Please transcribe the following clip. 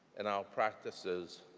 and our practices